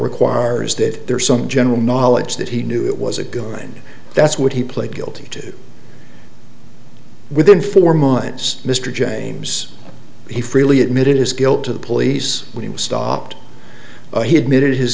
requires that there is some general knowledge that he knew it was a good that's what he pled guilty to within four months mr james he freely admitted his guilt to the police when he was stopped he admitted his